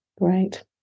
great